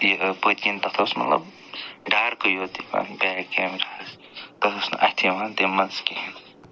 یہِ پٔتۍ کِنۍ تتھ ٲس مطلب ڈارکٕے اوت یِوان بٮ۪ک کیمراہس تتھ اوس نہٕ اَتھِ یِوان تمہِ منٛز کِہیٖنۍ